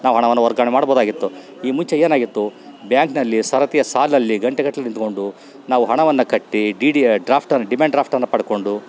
ನಾವು ಹಣವನ್ನು ವರ್ಗಾವಣೆ ಮಾಡ್ಬೋದಾಗಿತ್ತು ಈ ಮುಂಚೆ ಏನಾಗಿತ್ತು ಬ್ಯಾಂಕ್ನಲ್ಲಿ ಸರತಿಯ ಸಾಲಲ್ಲಿ ಗಂಟೆಗಟ್ಲೆ ನಿಂತ್ಕೊಂಡು ನಾವು ಹಣವನ್ನು ಕಟ್ಟಿ ಡಿ ಡಿ ಎ ಡ್ರಾಫ್ಟನ್ನ ಡಿಮೆಂಡ್ ಡ್ರಾಫ್ಟನ್ನು ಪಡ್ಕೊಂಡು